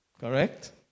Correct